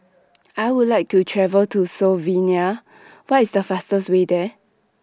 I Would like to travel to Slovenia What IS The fastest Way There